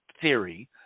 theory